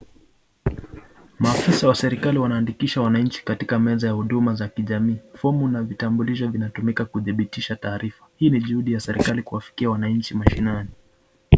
Maafisa wa serikali wanaandikisha wananchi katika meza ya huduma za kijamii. Fomu na kitambulisho inatumiwa kudhibitisha maarifa, hii ni juhudi ya serikali kufika wananchi mashinani.